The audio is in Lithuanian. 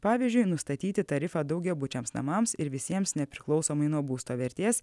pavyzdžiui nustatyti tarifą daugiabučiams namams ir visiems nepriklausomai nuo būsto vertės